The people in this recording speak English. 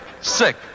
sick